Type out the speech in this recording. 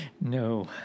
No